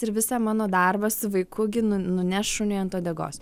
ir visą mano darbą su vaiku gi nu nuneš šuniui ant uodegos